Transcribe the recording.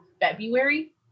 February